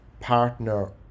partner